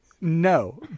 no